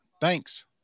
thanks